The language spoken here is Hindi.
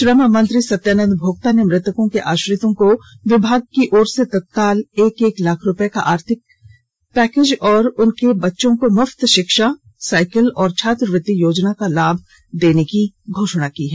श्रम मंत्री सत्यानंद भोक्ता ने मृतकों के आश्रितों को विभाग की ओर से तत्काल एक एक लाख रुपये का आर्थिक सहायता और उनके बच्चों को मुफ्त शिक्षा साइकिल और छात्रवृत्ति योजना का लाभ देने की घोषणा की है